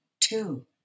two